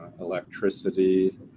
electricity